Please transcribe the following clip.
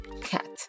cat